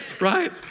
right